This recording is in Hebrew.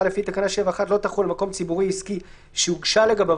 לפי תקנה 7(1) לא תחול על מקום ציבורי או עסקי שהוגשה לגביו